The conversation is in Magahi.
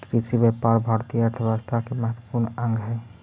कृषिव्यापार भारतीय अर्थव्यवस्था के महत्त्वपूर्ण अंग हइ